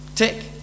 tick